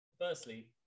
firstly